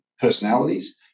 personalities